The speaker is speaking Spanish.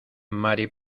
mari